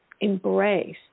embrace